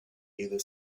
either